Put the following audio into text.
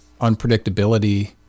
unpredictability